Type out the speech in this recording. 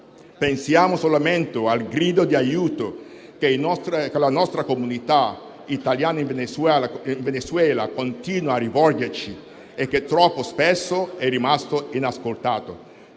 Pensiamo solamente al grido di aiuto che la nostra comunità italiana in Venezuela continua a rivolgerci e che troppo spesso è rimasto inascoltato.